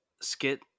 Skit